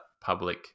public